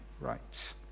right